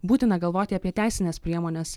būtina galvoti apie teisines priemones